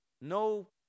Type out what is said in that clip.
No